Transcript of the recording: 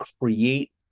create